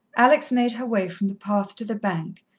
alex made her way from the path to the bank,